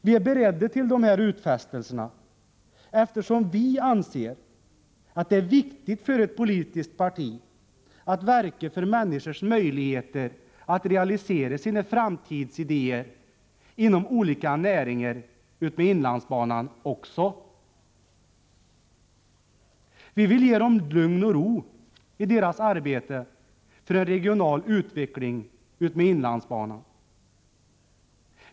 Vi är beredda till dessa utfästelser, eftersom vi anser att det är viktigt för ett politiskt parti att verka för människors möjligheter att realisera sina framtidsidéer inom olika näringar utmed inlandsbanan. Vi vill ge dem lugn och ro i deras arbete för en regional utveckling utmed inlandsbanan.